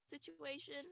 situation